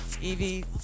Evie